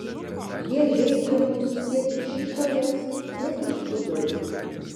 jie žeidžia mus tiek iš išorės tiek iš vidaus